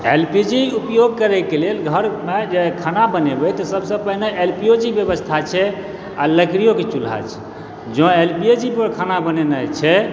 L P G उपयोग करैके लेल घरमे जे खाना बनेबै तऽ सबसँ पहिने एलपियोजी बेबस्था छै आओर लकड़िओके चुल्हा छै जँ एलपिएजीपर खाना बनेनाइ छै